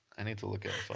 i need to look at a phone.